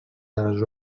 dels